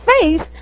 face